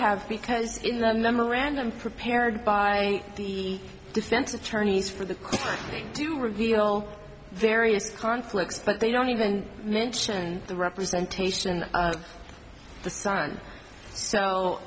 have because in the memorandum prepared by the defense attorneys for the king to reveal various conflicts but they don't even mention the representation of the son so